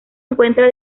encuentra